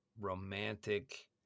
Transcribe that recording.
romantic